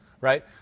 right